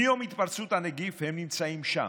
מיום התפרצות הנגיף הם נמצאים שם,